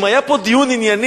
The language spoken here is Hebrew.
אם היה פה דיון ענייני,